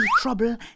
trouble